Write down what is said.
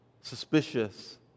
suspicious